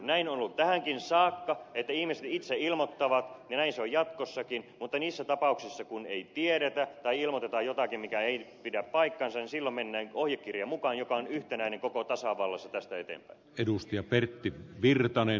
näin on ollut tähänkin saakka että ihmiset itse ilmoittavat ja näin se on jatkossakin mutta niissä tapauksissa kun ei tiedetä tai ilmoitetaan jotakin mikä ei pidä paikkaansa mennään ohjekirjan mukaan joka on yhtenäinen koko tasavallassa tästä eteenpäin